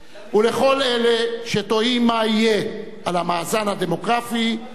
ולכל אלה שתוהים מה יהיה על המאזן הדמוגרפי אני